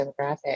demographic